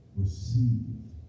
received